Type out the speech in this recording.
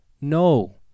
no